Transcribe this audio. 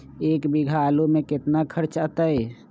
एक बीघा आलू में केतना खर्चा अतै?